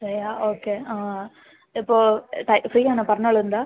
Shreya okay ആ ഇപ്പോൾ free ആണ് പറഞ്ഞോളൂ എന്താ